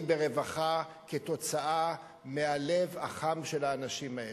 ברווחה כתוצאה מהלב החם של האנשים האלה.